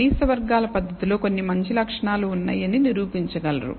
కనీసం వర్గాల పద్ధతిలో కొన్ని మంచి లక్షణాలు ఉన్నాయని నిరూపించగలరు